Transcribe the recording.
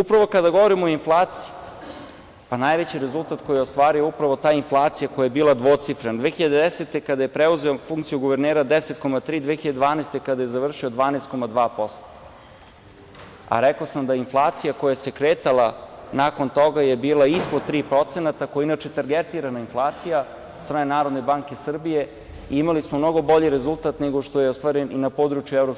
Upravo kada govorim o inflaciji, pa najveći rezultat koji je ostvario upravo ta inflacija koja je bila dvocifrena 2010. godine, kada je preuzeo funkciju guvernera 10,3, 2012. godine kada je završio 12,2%, a rekao sam da je inflacija koja se kretala nakon toga je bila ispod 3% koja je inače targetirana inflacija od strane Narodne banke Srbije, imali smo mnogo bolji rezultat nego što je ostvaren i na području EU,